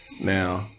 now